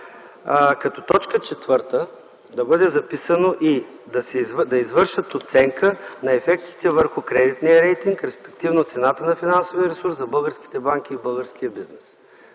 като точка четвърта да бъде записано и: „Да извършат оценка на ефектите върху кредитния рейтинг, респективно цената на финансовия ресурс за българските банки и българския бизнес”.